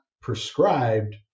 prescribed